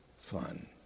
fun